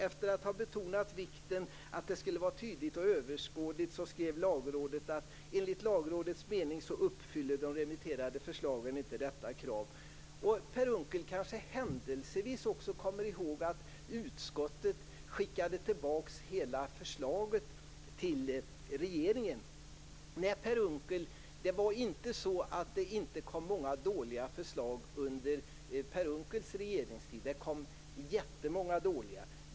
Efter att ha betonat vikten av att det hela skulle vara tydligt och överskådligt skrev Lagrådet att enligt dess mening uppfyller de remitterade förslagen inte detta krav. Per Unckel kanske händelsevis också kommer ihåg att utskottet skickade tillbaka hela förslaget till regeringen. Nej, Per Unckel, det var inte så att det inte kom många dåliga förslag under Per Unckels regeringstid. Det kom jättemånga dåliga förslag.